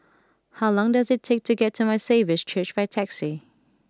how long does it take to get to My Saviour's Church by taxi